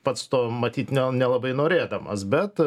pats to matyt nel nelabai norėdamas bet